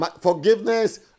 Forgiveness